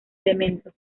elementos